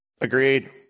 Agreed